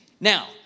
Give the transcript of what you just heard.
Now